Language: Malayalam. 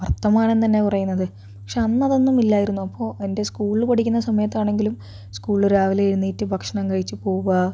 വർത്തമാനം തന്നെ കുറയുന്നത് പക്ഷേ അന്നതൊന്നുമില്ലായിരുന്നു അപ്പോൾ എന്റെ സ്കൂളിൽ പഠിക്കുന്ന സമയത്താണെങ്കിലും സ്കൂളിൽ രാവിലെ എഴുന്നേറ്റ് ഭക്ഷണം കഴിച്ച് പോവുക